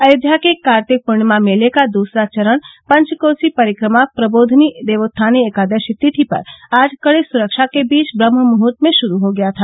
अयोध्या के कार्तिक पूर्णिमा मेले का दूसरा चरण पञ्च कोसी परिक्रमा प्रबोधनी देवोत्थानी एकादशी तिथि पर आज कड़े सुरक्षा के बीच ब्रम्हमुहूर्त में शुरू हो गया था